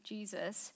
Jesus